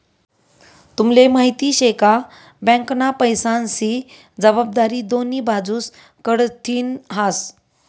तुम्हले माहिती शे का? बँकना पैसास्नी जबाबदारी दोन्ही बाजूस कडथीन हास